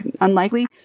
unlikely